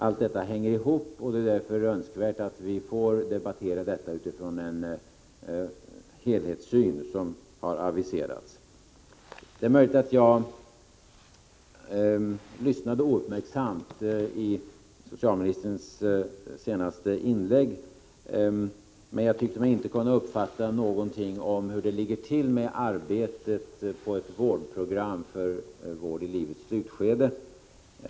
Allt detta hänger ihop, och det är därför önskvärt att vi får debattera det utifrån en helhetssyn, som har aviserats. Det är möjligt att jag lyssnade ouppmärksamt till socialministerns senaste inlägg, men jag uppfattade inte någonting om hur det ligger till med arbetet på ett vårdprogram för vård i livets slutskede.